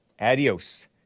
Adios